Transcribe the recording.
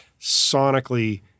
sonically